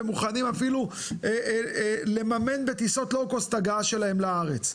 ומוכנים אפילו לממן בטיסות לואו קוסט הגעה שלהם לארץ.